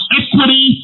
equity